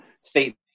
state